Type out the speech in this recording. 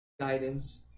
guidance